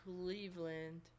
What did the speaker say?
Cleveland